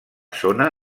zona